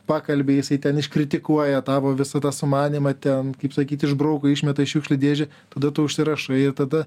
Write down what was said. pakalbi jisai ten iškritikuoja tavo visą tą sumanymą ten kaip sakyt išbrauko išmeta į šiukšlių dėžę tada tu užsirašai ir tada